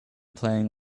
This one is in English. playing